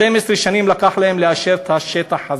12 שנים לקח להם לאשר את השטח הזה.